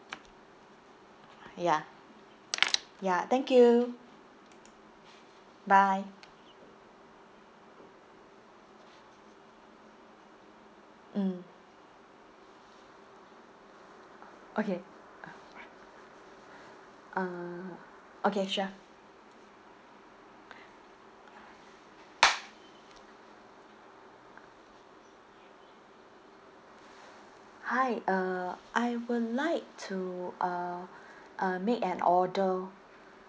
ya ya thank you bye mm okay uh okay sure hi uh I would like to uh uh make an order